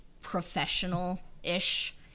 professional-ish